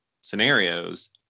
scenarios